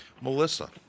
Melissa